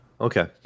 Okay